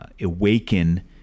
awaken